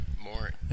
more